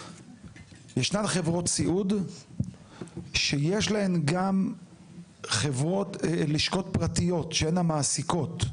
ישנן חברות סיעוד שיש להן גם לשכות פרטיות שהן המעסיקות.